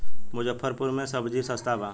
मुजफ्फरपुर में सबजी सस्ता बा